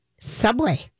Subway